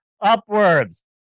upwards